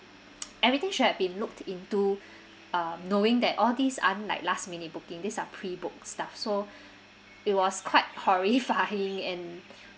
everything should have been looked into uh knowing that all these aren't like last minute booking these are pre booked stuff so it was quite horrifying and